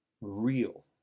real